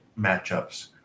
matchups